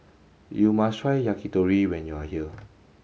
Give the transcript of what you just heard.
you must try Yakitori when you are here